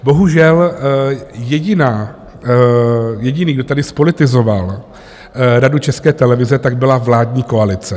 Bohužel jediný, kdo tady zpolitizoval Radu České televize, tak byla vládní koalice.